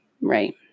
right